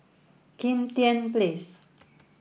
Kim Tian Place